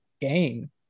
game